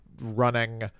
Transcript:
running